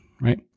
right